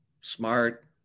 smart